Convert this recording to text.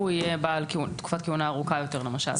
הוא יהיה בעל תקופת כהונה ארוכה יותר למשל.